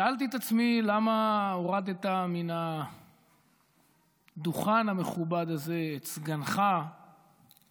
שאלתי את עצמי למה הורדת מהדוכן המכובד הזה את סגנך קודם.